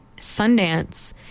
Sundance